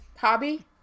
hobby